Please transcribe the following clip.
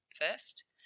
first